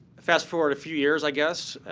fast forward a few years, i guess,